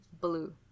Blue